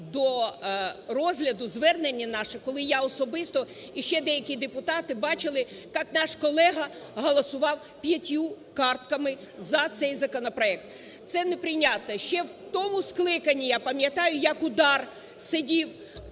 до розгляду звернення наше, коли я особисто і ще деякі депутати бачили як наш колега голосував п'ятьма картками за цей законопроект. Це неприйнятно. Ще в тому скликанні я пам'ятаю, як УДАР сидів